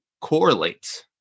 correlates